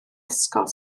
ysgol